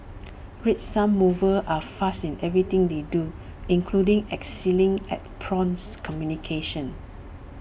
red sun movers are fast in everything they do including excelling at prompt communication